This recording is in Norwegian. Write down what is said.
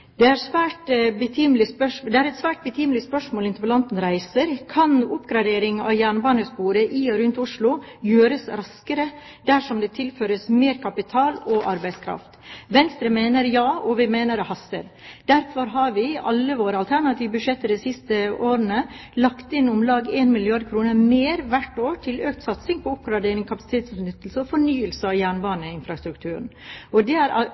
er et svært betimelig spørsmål interpellanten reiser: Kan oppgradering av jernbanesporet i og rundt Oslo gjøres raskere dersom det tilføres mer kapital og arbeidskraft? Venstre mener ja, og vi mener det haster. Derfor har vi i alle våre alternative budsjetter de siste årene lagt inn om lag 1 milliard kr mer hvert år til økt satsing på oppgradering, kapasitetsutnyttelse og fornyelse av jernbanen og infrastrukturen. Og det er